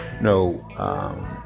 no